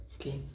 okay